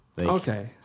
Okay